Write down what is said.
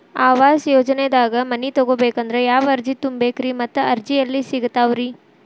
ಆವಾಸ ಯೋಜನೆದಾಗ ಮನಿ ತೊಗೋಬೇಕಂದ್ರ ಯಾವ ಅರ್ಜಿ ತುಂಬೇಕ್ರಿ ಮತ್ತ ಅರ್ಜಿ ಎಲ್ಲಿ ಸಿಗತಾವ್ರಿ?